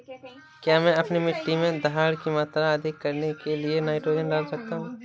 क्या मैं अपनी मिट्टी में धारण की मात्रा अधिक करने के लिए नाइट्रोजन डाल सकता हूँ?